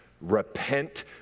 repent